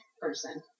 person